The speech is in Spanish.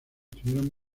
estuvieron